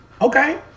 Okay